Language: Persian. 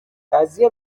قضیه